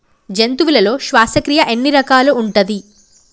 జంతువులలో శ్వాసక్రియ ఎన్ని రకాలు ఉంటది?